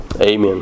Amen